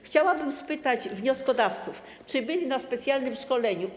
Chciałabym spytać wnioskodawców, czy byli na specjalnym szkoleniu u